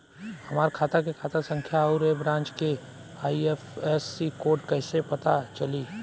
हमार खाता के खाता संख्या आउर ए ब्रांच के आई.एफ.एस.सी कोड कैसे पता चली?